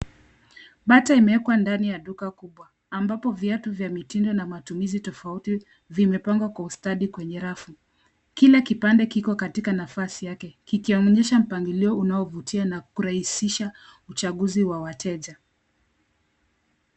Bata imewekwa ndani ya duka kubwa ambapo viatu vya mitindo na matumizi tofauti vimepangwa kwa ustadi kwenye rafu. Kila kipande kiko katika nafasi yake kikionyesha mpangilio unaovutia na kurahisisha uchaguzi wa wateja.